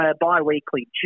bi-weekly